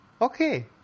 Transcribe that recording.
Okay